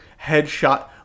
headshot